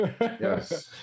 Yes